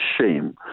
shame